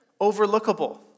Overlookable